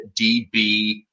DB